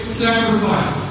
sacrifice